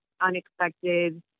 unexpected